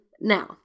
Now